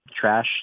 trash